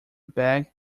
beg